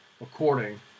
according